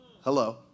Hello